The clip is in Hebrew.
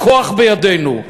הכוח בידינו,